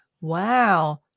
Wow